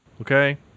Okay